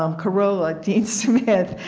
um corolla, dean smith,